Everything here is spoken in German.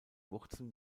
wurzeln